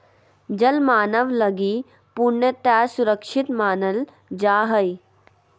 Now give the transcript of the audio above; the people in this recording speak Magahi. जल मानव लगी पूर्णतया सुरक्षित मानल जा हइ